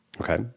Okay